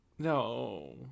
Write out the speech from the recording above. No